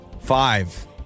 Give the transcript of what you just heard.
Five